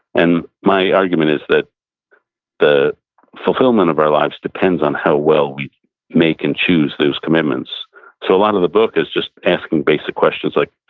and my argument is that the fulfillment of our lives depends on how well we make and choose those commitments so a lot of the book is just asking basic questions, like,